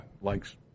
likes